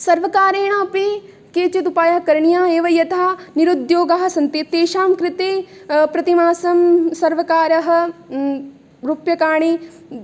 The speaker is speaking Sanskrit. सर्वकारेण अपि केचिद् उपायाः करणीयाः एव यथा निरुद्द्योगाः सन्ति तेषां कृते प्रतिमासं सर्वकारः रूप्यकाणि